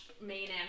main